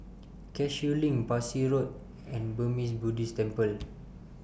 Cashew LINK Parsi Road and Burmese Buddhist Temple